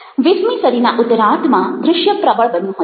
વીસમી સદીના ઉત્તરાર્ધમાં દ્રુશ્ય પ્રબળ બન્યું હતું